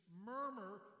murmur